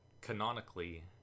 canonically